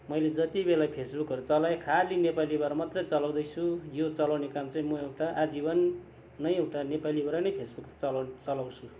मैले जति बेला फेसबुकहरू चलाएँ खालि नेपालीबाट मात्रै चलाउँदैछु यो चलाउने काम चाहिँ म त आजीवन नै उता नेपालीबाट नै फेसबुक चलाउ चलाउँछु